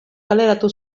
kaleratu